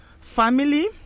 family